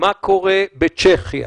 מה קורה בצ'כיה,